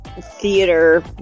theater